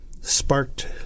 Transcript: sparked